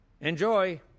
Enjoy